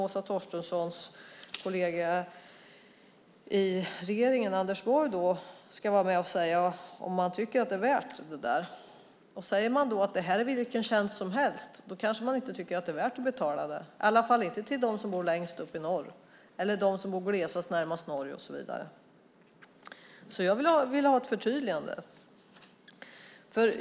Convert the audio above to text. Åsa Torstenssons kollega i regeringen, Anders Borg, ska så småningom säga om han tycker att det är värt detta. Om man säger att detta är vilken tjänst som helst kanske man inte tycker att det är värt att betala det, åtminstone inte till dem som bor längst uppe i norr eller i glesbygden närmast Norge. Jag vill ha ett förtydligande.